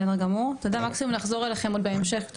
תודה, מקסימום נחזור אליכם בהמשך.